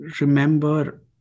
remember